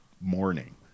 morning